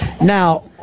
Now